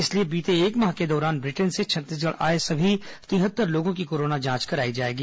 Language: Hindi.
इसलिए बीते एक माह के दौरान ब्रिटेन से छत्तीसगढ़ आए सभी तिहत्तर लोगों की कोरोना जांच कराई जाएगी